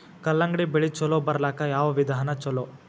ಕಲ್ಲಂಗಡಿ ಬೆಳಿ ಚಲೋ ಬರಲಾಕ ಯಾವ ವಿಧಾನ ಚಲೋ?